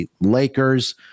Lakers